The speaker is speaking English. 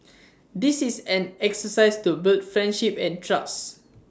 this is an exercise to build friendship and trust